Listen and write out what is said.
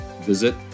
visit